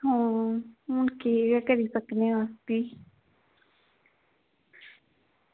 हून केह् करी सकने अस फ्ही